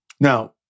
now